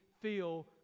feel